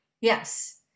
Yes